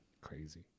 crazy